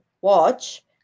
watch